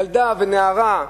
ילדה ונערה,